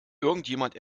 irgendjemand